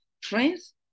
friends